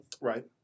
right